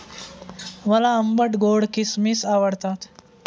मला आंबट गोड किसमिस आवडतात